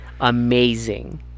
amazing